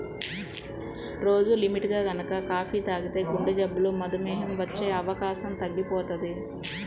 రోజూ లిమిట్గా గనక కాపీ తాగితే గుండెజబ్బులు, మధుమేహం వచ్చే అవకాశం తగ్గిపోతది